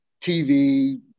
TV